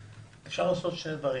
אפשר לעשות אחד משני דברים.